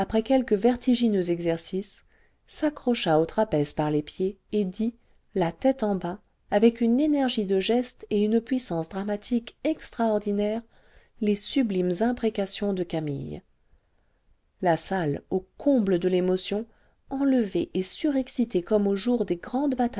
quelques vertigineux exercices s'accrocha au trapèze par les pieds et dit la tête en bas avec une énergie de gestes et une puissance dramatique extraordinaires les sublimes imprécations de camille la salle au comble de l'émotion enlevée et surexcitée comme aux jours des grandes